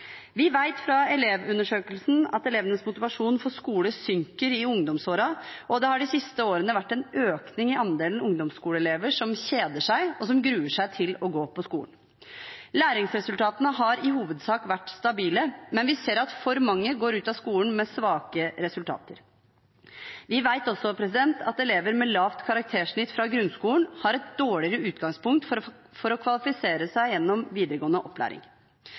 Vi vet fra Elevundersøkelsen at elevenes motivasjon for skole synker i ungdomsårene, og det har de siste årene vært en økning i andelen ungdomsskoleelever som kjeder seg, og som gruer seg til å gå på skolen. Læringsresultatene har i hovedsak vært stabile, men vi ser at for mange går ut av skolen med svake resultater. Vi vet også at elever med lavt karaktersnitt fra grunnskolen har et dårligere utgangspunkt for å kvalifisere seg gjennom videregående opplæring.